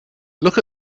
look